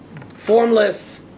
formless